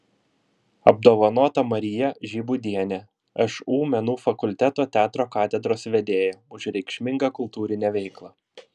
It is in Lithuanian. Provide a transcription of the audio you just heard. apdovanota marija žibūdienė šu menų fakulteto teatro katedros vedėja už reikšmingą kultūrinę veiklą